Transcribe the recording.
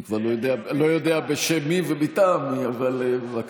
אני כבר לא יודע בשם מי ומטעם מי, אבל בבקשה.